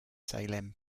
salem